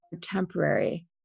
temporary